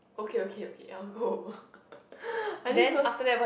okay okay okay I'll go over I think cause